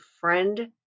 friend